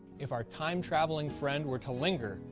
if our time traveling friend were to linger,